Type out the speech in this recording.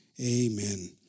amen